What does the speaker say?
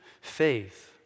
faith